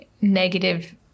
negative